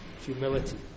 humility